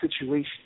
situation